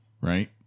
right